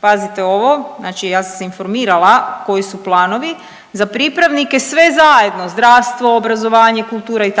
pazite ovo znači ja sam se informirala koji su planovi, za pripravnike sve zajedno zdravstvo, obrazovanje, kultura itd.